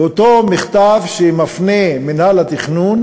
באותו מכתב שמפנה מינהל התכנון